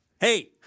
Hey